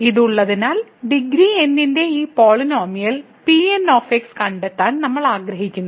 ഇത് ഉള്ളതിനാൽ degree n ന്റെ ഈ പോളിനോമിയൽ Pn കണ്ടെത്താൻ നമ്മൾ ആഗ്രഹിക്കുന്നു